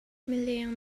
mileng